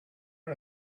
are